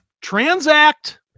Transact